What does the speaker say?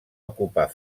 ocupar